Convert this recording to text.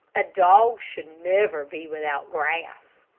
a dog should never be without grass.